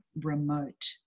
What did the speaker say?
remote